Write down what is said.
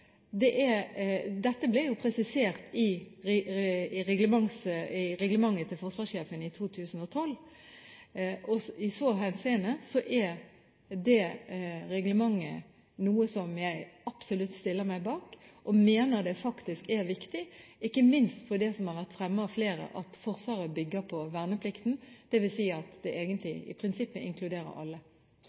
Dette ble presisert i reglementet til forsvarssjefen i 2012, og i så henseende er det reglementet noe som jeg absolutt stiller meg bak. Jeg mener det faktisk er viktig, ikke minst for det som har vært nevnt av flere, nemlig at Forsvaret bygger på verneplikten, dvs. at det i prinsippet egentlig inkluderer alle.